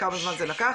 כמה זמן זה לקח,